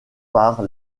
par